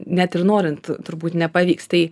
net ir norint turbūt nepavyks tai